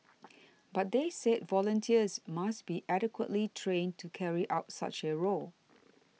but they said volunteers must be adequately trained carry out such a role